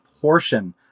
portion